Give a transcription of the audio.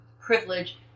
privilege